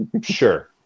Sure